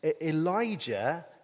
Elijah